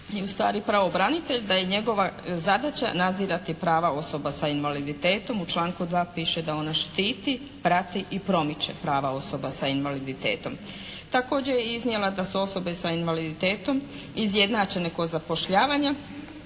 je ustvari pravobranitelj da je njegova zadaća nadzirati prava osoba sa invaliditetom. U članku 2. piše da ona štiti, prati i promiče prava osoba sa invaliditetom. Također je iznijela da su osobe sa invaliditetom izjednačene kod zapošljavanja